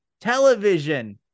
television